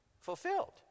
fulfilled